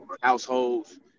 households